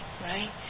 right